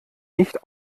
nicht